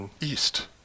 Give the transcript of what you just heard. East